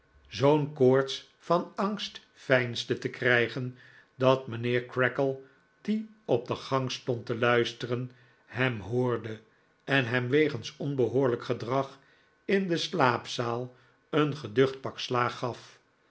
zoo'n koorts van angst veinsde te krijgen dat mijnheer creakle die op de gang stond te luisteren hem hoorde en hem wegens onbehoorlijk gedrag in de slaapzaal een geducht pak slaag gaf